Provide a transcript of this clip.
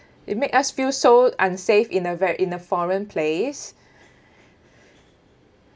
it make us feel so unsafe in a very in a foreign place